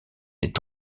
est